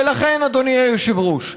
ולכן, אדוני היושב-ראש,